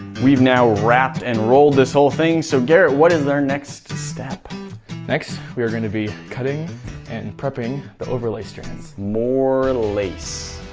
we've now wrapped and rolled this whole thing, so garrett, what is our next step next? we are going to be cutting and prepping the overlay strands. more and lace.